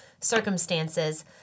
circumstances